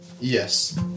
Yes